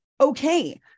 okay